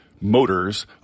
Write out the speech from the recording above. motors